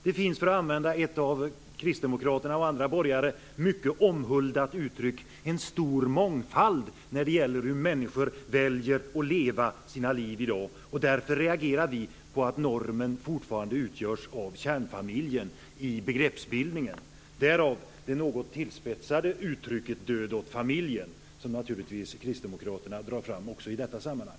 Det finns, för att använda ett av Kristdemokraterna och andra borgare mycket omhuldat uttryck, en stor mångfald när det gäller hur människor väljer att leva sina liv i dag. Därför reagerar vi på att normen i begreppsbildningen fortfarande utgörs av kärnfamiljen. Därav det något tillspetsade uttrycket "död åt familjen" som Kristdemokraterna naturligtvis också drar fram i detta sammanhang.